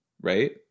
Right